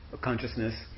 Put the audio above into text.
consciousness